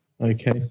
Okay